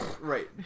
Right